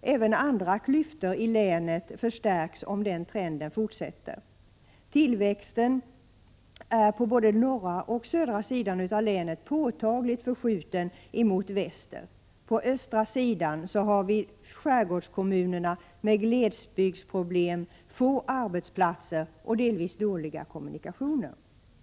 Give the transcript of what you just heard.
Även andra klyftor i länet förstärks om den trenden fortsätter. Tillväxten är på både norra och södra sidan av länet påtagligt förskjuten mot väster. På östra sidan finns skärgårdskommunerna med glesbygdsproblem, få arbetsplatser och delvis dåliga kommunikationer.